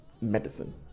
medicine